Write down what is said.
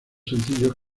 sencillos